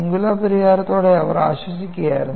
singular പരിഹാരത്തോടെ അവർ ആശ്വസിക്കുക യായിരുന്നു